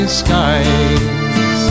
skies